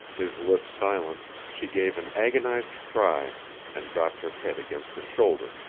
his lips silent, she gave an agonized cry and dropped her head against his shoulder,